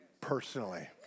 personally